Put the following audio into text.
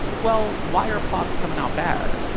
well why are plots coming out bad?